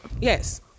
Yes